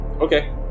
Okay